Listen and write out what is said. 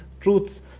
truths